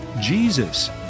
Jesus